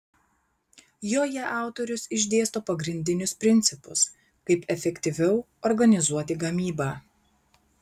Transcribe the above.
joje autorius išdėsto pagrindinius principus kaip efektyviau organizuoti gamybą